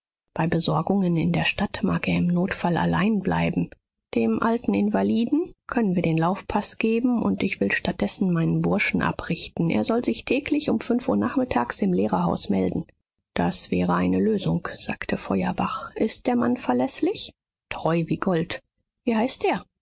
bei besorgungen in der stadt mag er im notfall allein bleiben dem alten invaliden können wir den laufpaß geben und ich will statt dessen meinen burschen abrichten er soll sich täglich um fünf uhr nachmittags im lehrerhaus melden das wäre eine lösung sagte feuerbach ist der mann verläßlich treu wie gold wie heißt er